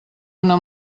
una